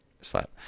Slap